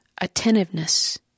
attentiveness